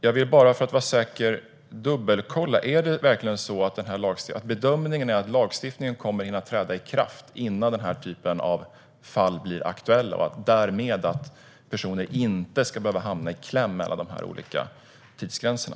Jag vill bara dubbelkolla för att vara säker: Är bedömningen verkligen att lagstiftningen kommer att hinna träda i kraft innan den här typen av fall blir aktuella så att personer inte ska behöva hamna i kläm mellan de olika tidsgränserna?